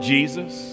Jesus